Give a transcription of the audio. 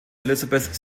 elizabeth